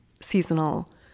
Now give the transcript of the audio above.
seasonal